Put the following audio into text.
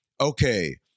okay